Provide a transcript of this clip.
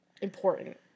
important